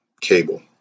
cable